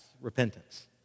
repentance